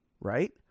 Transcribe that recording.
right